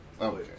Okay